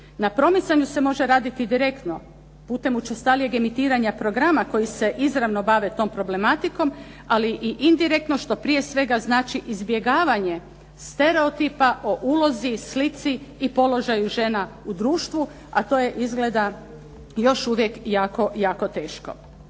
Na promicanju se može raditi direktno putem učestalijeg emitiranja programa koji se izravno bave tom problematikom, ali i indirektno što prije svega znači izbjegavanje stereotipa o ulozi i slici i položaju žena u društvu, a to je izgleda još uvijek jako jako teško.